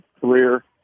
career